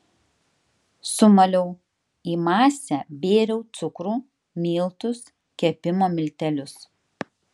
sumaliau į masę bėriau cukrų miltus kepimo miltelius